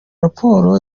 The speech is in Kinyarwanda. raporo